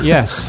Yes